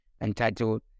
entitled